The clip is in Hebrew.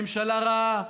ממשלה רעה.